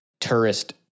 tourist